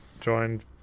joined